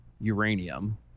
uranium